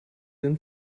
than